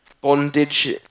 bondage